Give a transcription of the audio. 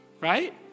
Right